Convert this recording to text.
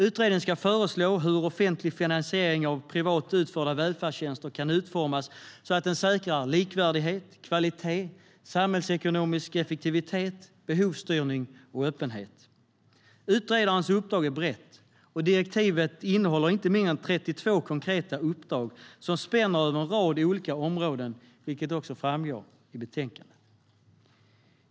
Utredningen ska föreslå hur offentlig finansiering av privat utförda välfärdstjänster kan utformas så att den säkrar likvärdighet, kvalitet, samhällsekonomisk effektivitet, behovsstyrning och öppenhet. Utredarens uppdrag är brett och direktivet innehåller inte mindre än 32 konkreta uppdrag som spänner över en rad olika områden, vilket också framgår i betänkandet.